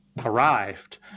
arrived